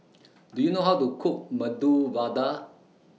Do YOU know How to Cook Medu Vada